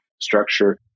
structure